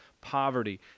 poverty